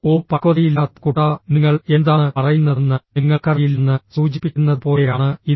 ഓ പക്വതയില്ലാത്ത കുട്ടാ നിങ്ങൾ എന്താണ് പറയുന്നതെന്ന് നിങ്ങൾക്കറിയില്ലെന്ന് സൂചിപ്പിക്കുന്നതുപോലെയാണ് ഇത്